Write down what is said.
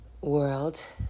world